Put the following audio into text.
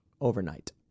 overnight